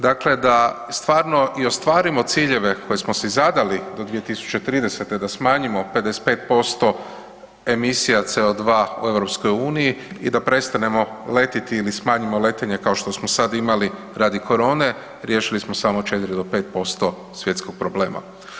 Dakle da stvarno i ostvarimo ciljeve koje smo si zadali do 2030. da smanjimo 55% emisija CO2 u EU i da prestanemo letiti ili smanjimo letenje, kao što smo sad imali radi korone, riješili smo samo 4-5% svjetskog problema.